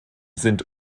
sind